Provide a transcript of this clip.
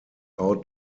out